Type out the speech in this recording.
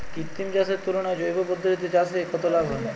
কৃত্রিম চাষের তুলনায় জৈব পদ্ধতিতে চাষে কত লাভ হয়?